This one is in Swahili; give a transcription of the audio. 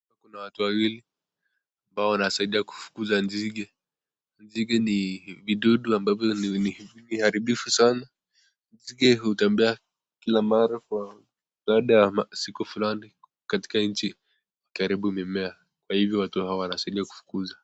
Kuna watu wawili ambao wanasaidia kufukuza nzige. Nzige ni vidudu ambavyo ni viaribifu sana. Nzige hutembea kila mara kwa baada ya siku fulani katika nchi ikiharibu mimea. Kwa hivyo watu hawa wanasaidia kufukuza.